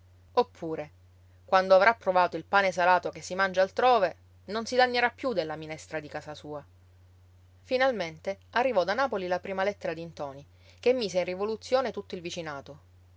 oppure quando avrà provato il pane salato che si mangia altrove non si lagnerà più della minestra di casa sua finalmente arrivò da napoli la prima lettera di ntoni che mise in rivoluzione tutto il vicinato